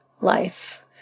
life